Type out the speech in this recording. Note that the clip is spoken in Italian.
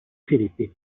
filippi